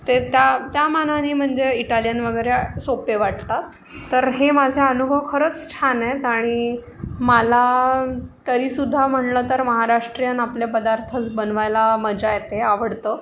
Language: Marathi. ते त्या मानानी म्हणजे इटालियन वगैरे सोप्पे वाटलं तर हे माझा अनुभव खरंच छान आहेत आणि मला तरीसुद्धा म्हणलं तर महाराष्ट्रीयन आपले पदार्थच बनवायला मजा येते आवडतं